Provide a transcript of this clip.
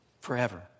Forever